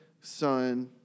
Son